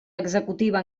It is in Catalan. executiva